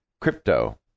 crypto